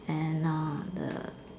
and uh the